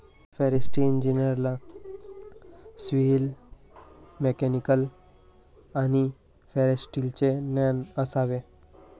forestry इंजिनिअरला civil, mechanical आणि फॉरेस्ट्रीचे ज्ञान असावे